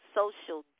social